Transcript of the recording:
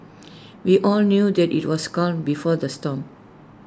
we all knew that IT was calm before the storm